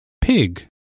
pig